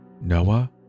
Noah